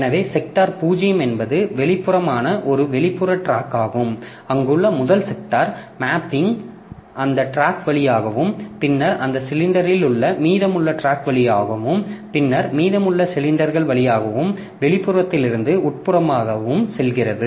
எனவே செக்டார் பூஜ்ஜியம் என்பது வெளிப்புறமான ஒரு வெளிப்புற டிராக் ஆகும் அங்குள்ள முதல் செக்டார் மேப்பிங் அந்த டிராக் வழியாகவும் பின்னர் அந்த சிலிண்டரில் உள்ள மீதமுள்ள டிராக் வழியாகவும் பின்னர் மீதமுள்ள சிலிண்டர்கள் வழியாக வெளிப்புறத்திலிருந்து உட்புறமாகவும் செல்கிறது